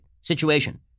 situation